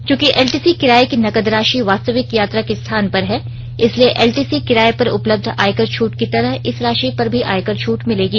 चूंकि एलटीसी किराये की नकद राशि वास्तविक यात्रा के स्थान पर है इसलिए एलटीसी किराये पर उपलब्ध आयकर छूट की तरह इस राशि पर भी आयकर छूट मिलेगी